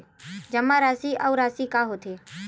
जमा राशि अउ राशि का होथे?